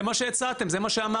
זה מה שהצעתם, זה מה שאמרתם.